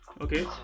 Okay